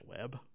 web